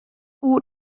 oer